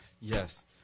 Yes